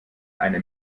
eine